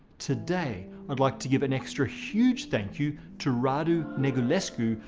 today i'd like to give an extra huge thank you to radu negulescu,